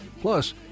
Plus